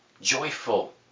joyful